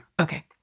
Okay